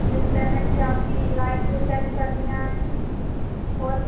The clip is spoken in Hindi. मेरी पेमेंट क्या आपकी लाइट चेंज करनी है और